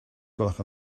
gwelwch